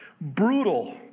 brutal